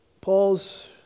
Paul's